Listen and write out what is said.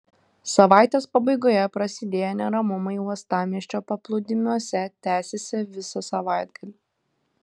savaitės pabaigoje prasidėję neramumai uostamiesčio paplūdimiuose tęsėsi visą savaitgalį